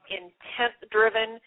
intent-driven